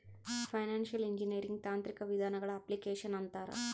financial engineering ತಾಂತ್ರಿಕ ವಿಧಾನಗಳ application ಅಂತಾರ